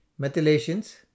Methylations